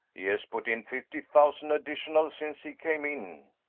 he has put in fifty thousand additional since he came in,